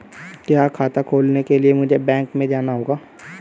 क्या खाता खोलने के लिए मुझे बैंक में जाना होगा?